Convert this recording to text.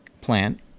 plant